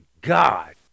God